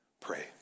Pray